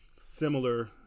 similar